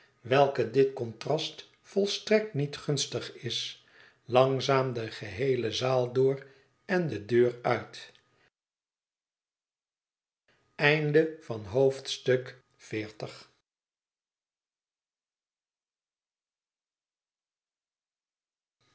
welke dit contrast volstrekt niet gunstig is langzaam de geheele zaal door en de deur uit xli